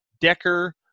Decker